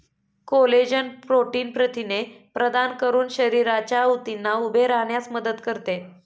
collagen protein प्रथिने प्रदान करून शरीराच्या ऊतींना उभे राहण्यास मदत करते